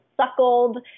suckled